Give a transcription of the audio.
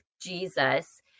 Jesus